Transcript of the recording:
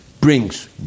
brings